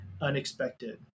unexpected